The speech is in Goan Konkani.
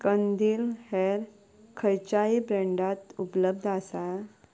कंदील हेर खंयच्याय ब्रँडांत उपलब्ध आसा